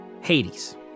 Hades